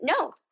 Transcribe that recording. No